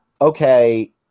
okay